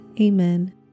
Amen